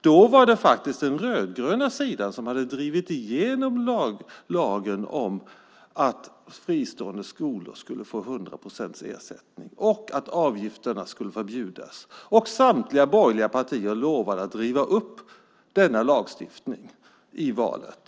Då var det faktiskt den rödgröna sidan som hade drivit igenom lagen om att fristående skolor skulle få 100 procents ersättning och att avgifterna skulle förbjudas. Samtliga borgerliga partier lovade i valet att riva upp denna lagstiftning.